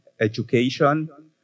education